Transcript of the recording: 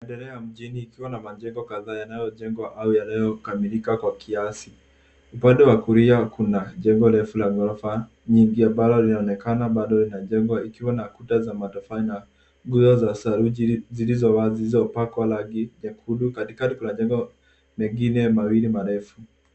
Maendeleo ya mjini ikiwa na majengo kadhaa yanayojengwa au yanayokamilika kwa kiasi. Upande wa kulia kuna jengo refu la gorofa nyingi ambalo linaonekana bado linajengwa ikiwa na kuta za matofali na nguzo za saruji zilizowazi zilizopakwa rangi nyekundu. Katikati kuna jengo mengine mawili marefu.